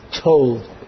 told